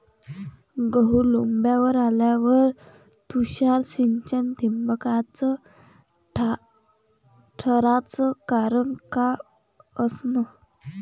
गहू लोम्बावर आल्यावर तुषार सिंचन बिनकामाचं ठराचं कारन का असन?